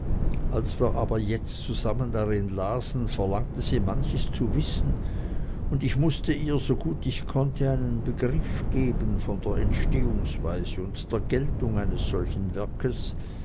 als wir aber jetzt zusammen darin lasen verlangte sie manches zu wissen und ich mußte ihr so gut ich konnte einen begriff geben von der entstehungsweise und der geltung eines solchen werkes